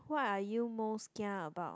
what are you most kia about